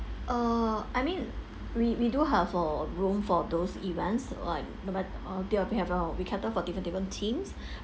err I mean we we do have a room for those events like no ma~ ah we have uh we cater for different different teams